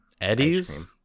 Eddies